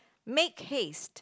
make haste